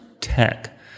tech